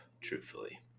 Truthfully